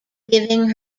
giving